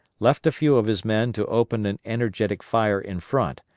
left a few of his men to open an energetic fire in front,